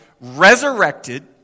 resurrected